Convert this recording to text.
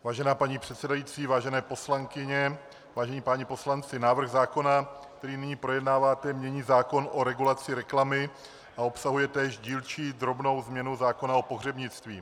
Vážená paní předsedající, vážené poslankyně, vážení páni poslanci, návrh zákona, který nyní projednáváte, mění zákon o regulaci reklamy a obsahuje též dílčí drobnou změnu zákona o pohřebnictví.